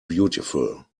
beautiful